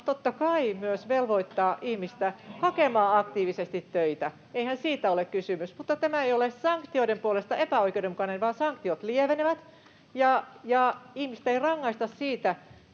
totta kai, myös velvoittaa ihmistä hakemaan aktiivisesti töitä, eihän siitä ole kysymys, mutta tämä ei ole sanktioiden puolesta epäoikeudenmukainen, vaan sanktiot lievenevät ja ihmistä ei rangaista siitä,